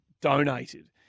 donated